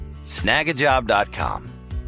Snagajob.com